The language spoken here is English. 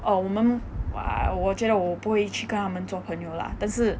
err 我们我觉得我不会去跟他们做朋友 lah 但是